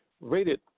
rated